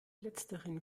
letzteren